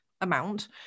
amount